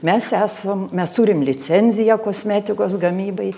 mes esam mes turim licenciją kosmetikos gamybai